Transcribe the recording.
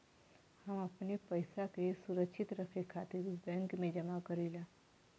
हम अपने पइसा के सुरक्षित रखे खातिर बैंक में जमा करीला